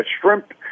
shrimp